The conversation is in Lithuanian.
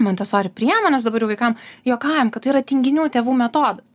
montesori priemones dabar jau vaikam juokaujam kad tai yra tinginių tėvų metodas